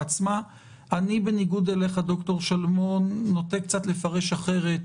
אני, בניגוד אליך, ד"ר שלמון, נוטה לפרש אחרת